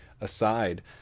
aside